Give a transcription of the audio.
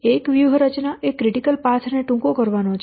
એક વ્યૂહરચના એ ક્રિટિકલ પાથ ને ટૂંકો કરવાનો છે